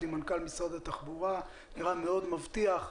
עם מנכ"ל משרד התחבורה זה נראה מאוד מבטיח.